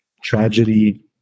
tragedy